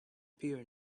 peer